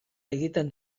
egiten